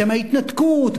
בשם ההתנתקות,